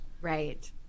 right